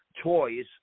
toys